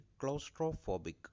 claustrophobic